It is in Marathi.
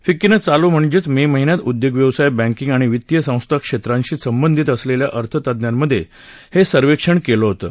फिक्कीनं चालू म्हणजेच मे महिन्यात उद्योग व्यवसाय बँकींग आणि वित्तीय संस्था क्षेत्रांशी संबंधीत असलेल्या अर्थतज्ञांमध्ये हे सर्वेक्षण केलं होतं